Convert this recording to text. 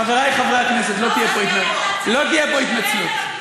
חברי חברי הכנסת, לא תהיה פה התנצלות.